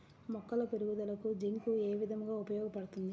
మొక్కల పెరుగుదలకు జింక్ ఏ విధముగా ఉపయోగపడుతుంది?